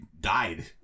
died